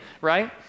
right